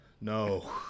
No